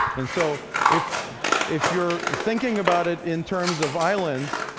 and so if if you're thinking about it in terms of islands,